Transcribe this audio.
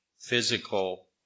physical